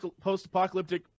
post-apocalyptic